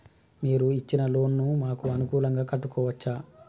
మీరు ఇచ్చిన లోన్ ను మాకు అనుకూలంగా కట్టుకోవచ్చా?